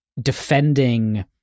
defending